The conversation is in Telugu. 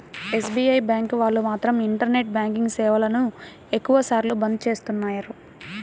ఎస్.బీ.ఐ బ్యాంకు వాళ్ళు మాత్రం ఇంటర్నెట్ బ్యాంకింగ్ సేవలను ఎక్కువ సార్లు బంద్ చేస్తున్నారు